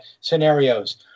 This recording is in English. scenarios